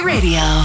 Radio